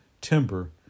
timber